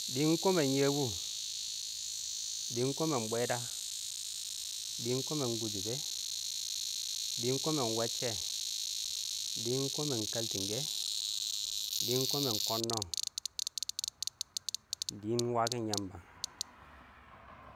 Dɪɪn koman yɛbʊ, dɪɪn koman bweda, dɪɪn koman kushuba, dɪɪn koman wecche, dɪɪn koman kaltinga, dɪɪn komau konno, dɪɪn washin yamba